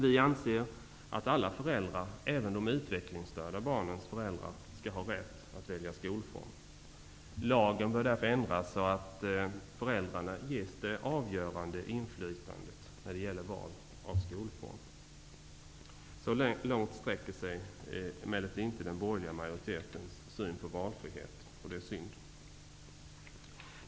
Vi anser att alla föräldrar, även de utvecklingsstörda barnens föräldrar, skall ha rätt att välja skolform. Lagen bör därför ändras så att föräldrarna ges det avgörande inflytandet när det gäller valet av skolform. Så långt sträcker sig emellertid inte den borgerliga majoritetens syn på valfrihet, och det är synd.